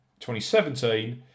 2017